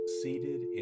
seated